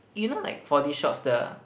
you know like four D shops the